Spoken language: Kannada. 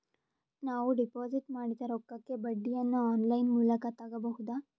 ನಾವು ಡಿಪಾಜಿಟ್ ಮಾಡಿದ ರೊಕ್ಕಕ್ಕೆ ಬಡ್ಡಿಯನ್ನ ಆನ್ ಲೈನ್ ಮೂಲಕ ತಗಬಹುದಾ?